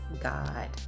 God